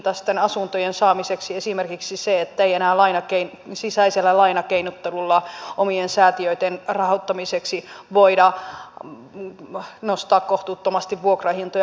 kohtuuhintaisten asuntojen saamiseksi esimerkiksi se ettei enää sisäisellä lainakeinottelulla omien säätiöiden rahoittamiseksi voida nostaa kohtuuttomasti vuokrahintoja